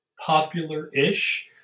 popular-ish